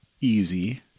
easy